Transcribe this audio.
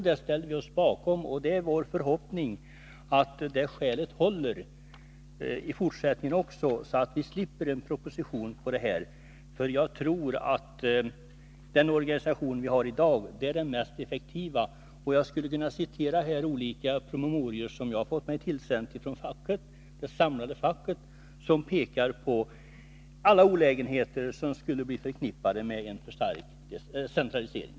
— Det ställde vi oss bakom, och det är vår förhoppning att de skälen håller i fortsättningen också, så att vi slipper en proposition med det innehåll som här diskuterats. Jag tror att den organisation vi har i dag är den mest effektiva. Jag skulle kunna citera olika promemorior som jag har fått mig tillsända från det samlade facket, som pekar på alla olägenheter som är förknippade med en för stark centralisering.